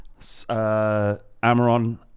Amaron